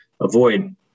avoid